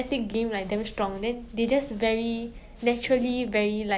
quite sad